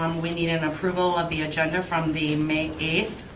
um we need an approval of the agenda from the may eighth,